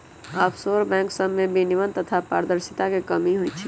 offshore bank सभमें विनियमन तथा पारदर्शिता के कमी होइ छइ